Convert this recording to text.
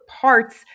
parts